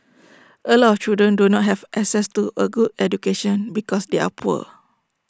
A lot of children do not have access to A good education because they are poor